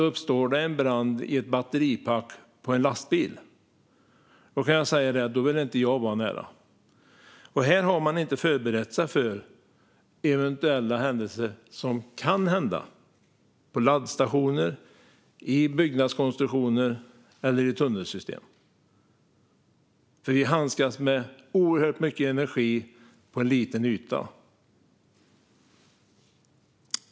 Uppstår det en brand i ett batteripack på en lastbil kan jag säga att jag inte vill vara i närheten. Här har man inte förberett sig för sådant som kan hända på laddstationer, i byggnadskonstruktioner eller i tunnelsystem. Vi handskas med oerhört mycket energi på en liten yta.